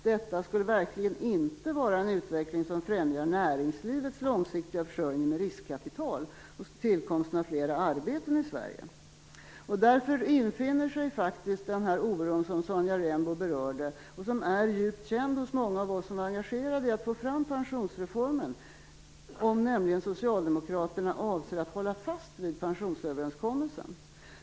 Detta skulle verkligen inte vara en utveckling som främjar näringslivets långsiktiga försörjning med riskkapital och tillkomsten av fler arbeten i Sverige. Därför infinner sig den oro som Sonja Rembo berörde och som är djupt känd hos många av oss som är engagerade i att få fram pensionsreformen, nämligen frågan om Socialdemokraterna avser att hålla fast vid pensionsöverenskommelsen.